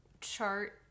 chart